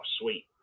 sweet